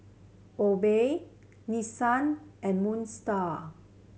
Obey Nissin and Moon Star